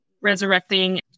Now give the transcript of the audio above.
resurrecting